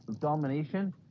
Domination